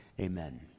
amen